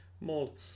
mold